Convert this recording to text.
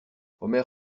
omer